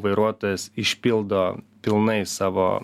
vairuotojas išpildo pilnai savo